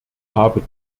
habe